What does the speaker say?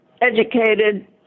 educated